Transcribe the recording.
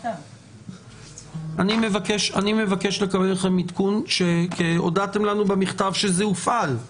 אני מבקש לקבל עדכון, הודעתם לנו במכתב שזה הופעל.